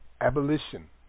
Abolition